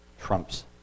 trumps